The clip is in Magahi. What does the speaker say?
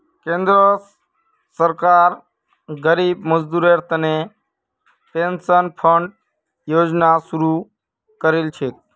केंद्र सरकार गरीब मजदूरेर तने पेंशन फण्ड योजना शुरू करील छेक